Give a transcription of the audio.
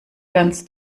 ganz